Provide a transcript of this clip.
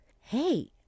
Hey